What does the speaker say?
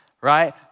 right